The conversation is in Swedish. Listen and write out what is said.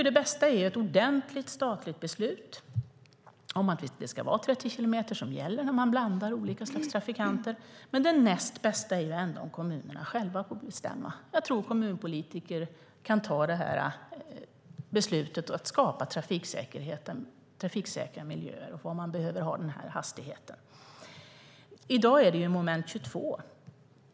Det bästa är ett ordentligt statligt beslut om att det ska vara 30 kilometer som gäller när man blandar olika slags trafikanter. Det näst bästa är om kommunerna själva får bestämma. Jag tror att kommunpolitiker kan fatta beslutet att skapa trafiksäkra miljöer där man behöver ha den här hastigheten. I dag är det ett moment 22.